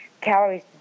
calories